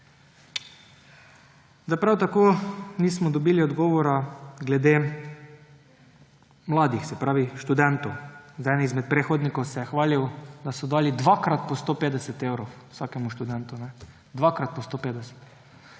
Prav tako nismo dobili odgovora glede mladih, se pravi študentov. Eden izmed predhodnikov se je hvalil, da so dali dvakrat po 150 evrov vsakemu študentu. Dvakrat po 150.